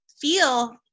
feel